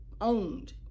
owned